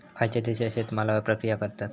खयच्या देशात शेतमालावर प्रक्रिया करतत?